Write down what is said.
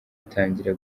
itangira